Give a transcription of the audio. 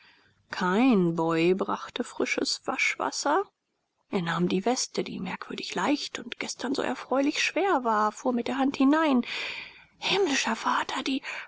kein boy brachte frisches waschwasser er nahm die weste die merkwürdig leicht und gestern so erfreulich schwer war fuhr mit der hand hinein himmlischer vater die